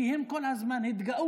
כי הם כל הזמן התגאו